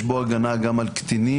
יש בו הגנה גם על קטינים,